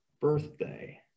birthday